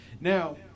Now